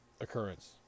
occurrence